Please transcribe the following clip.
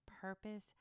purpose